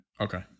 Okay